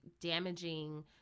damaging